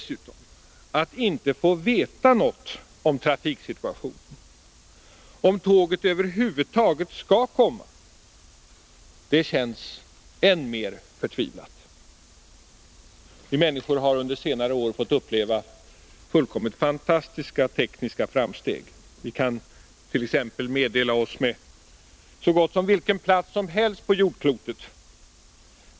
När man dessutom inte får veta något om trafiksituationen — om tåget över huvud taget skall komma — känner man sig än mer förtvivlad. Vi människor har under senare år fått uppleva fullkomligt fantastiska tekniska framsteg. Vi kant.ex. meddela oss med så gott som vilken plats som helst på jordklotet.